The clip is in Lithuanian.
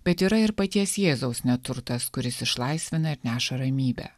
bet yra ir paties jėzaus neturtas kuris išlaisvina ir neša ramybę